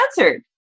answered